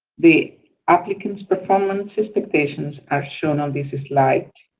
the applicant's performance expectations are shown on this slide.